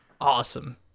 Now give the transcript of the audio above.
Awesome